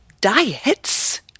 diets